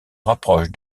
rapproche